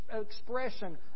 expression